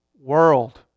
world